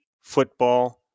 football